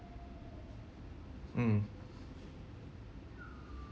mm